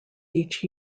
each